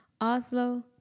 Oslo